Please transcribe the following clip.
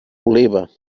oliva